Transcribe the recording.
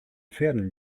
pferden